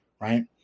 Right